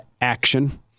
Action